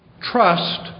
trust